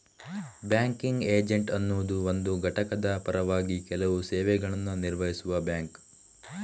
banking agent ಅನ್ನುದು ಒಂದು ಘಟಕದ ಪರವಾಗಿ ಕೆಲವು ಸೇವೆಗಳನ್ನ ನಿರ್ವಹಿಸುವ ಬ್ಯಾಂಕ್